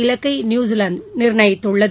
இலக்கை நியூசிலாந்து நிர்ணயித்துள்ளது